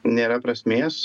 nėra prasmės